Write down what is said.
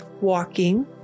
Walking